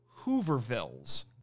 Hoovervilles